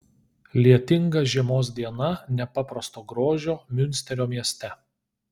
lietinga žiemos diena nepaprasto grožio miunsterio mieste